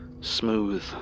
smooth